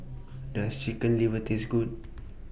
Does Chicken Liver Taste Good